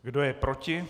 Kdo je proti?